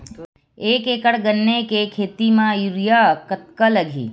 एक एकड़ गन्ने के खेती म यूरिया कतका लगही?